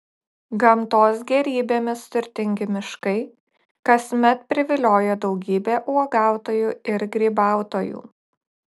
gamtos gėrybėmis turtingi miškai kasmet privilioja daugybę uogautojų ir grybautojų